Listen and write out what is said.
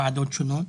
ועדות שונות.